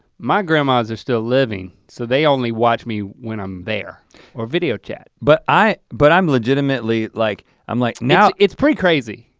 my grandmas are still living so they only watch me when i'm there or video chat. but but i'm legitimately, like i'm like now it's pretty crazy.